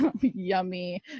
yummy